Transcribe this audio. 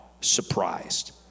surprised